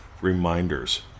reminders